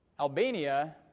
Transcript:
Albania